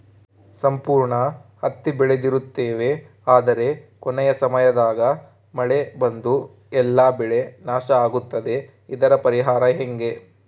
ಸಂಪೂರ್ಣ ಹತ್ತಿ ಬೆಳೆದಿರುತ್ತೇವೆ ಆದರೆ ಕೊನೆಯ ಸಮಯದಾಗ ಮಳೆ ಬಂದು ಎಲ್ಲಾ ಬೆಳೆ ನಾಶ ಆಗುತ್ತದೆ ಇದರ ಪರಿಹಾರ ಹೆಂಗೆ?